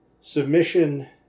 submission